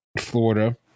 Florida